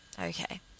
Okay